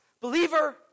Believer